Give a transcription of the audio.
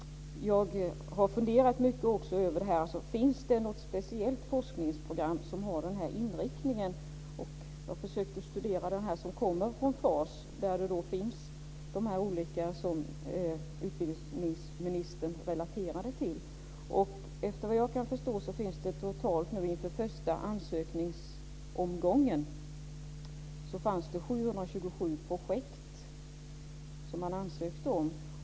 Jag har funderat mycket över om det finns något speciellt forskningsprogram som har den här inriktningen. Jag har försökt att studera det som kommer från FAS, där det som utbildningsministern relaterade till finns. Efter vad jag kan förstå var det inför första ansökningsomgången 727 projekt som man ansökte om.